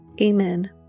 Amen